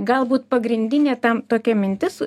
galbūt pagrindinė ta tokia mintis